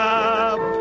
up